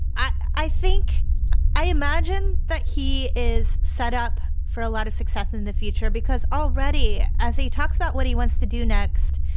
i think i imagine that he is set up for a lot of success in the future, because already, as he talks about what he wants to do next,